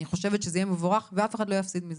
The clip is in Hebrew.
אני חושבת שזה יהיה מבורך ואף אחד לא יפסיד מזה.